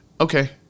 Okay